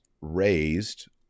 raised